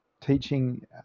teaching